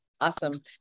Awesome